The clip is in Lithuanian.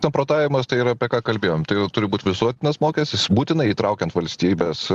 samprotavimas tai yra apie ką kalbėjom tai jau turi būt visuotinas mokestis būtinai įtraukiant valstybės